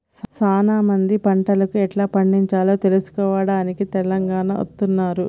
సానా మంది పంటను ఎట్లా పండిచాలో తెలుసుకోవడానికి తెలంగాణ అత్తన్నారు